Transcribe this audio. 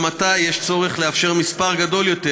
אולם עתה יש צורך לאפשר מספר גדול יותר.